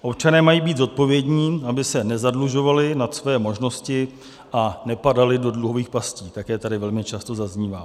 Občané mají být zodpovědní, aby se nezadlužovali nad svoje možnosti a nepadali do dluhových pastí také tady velmi často zaznívá.